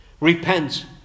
Repent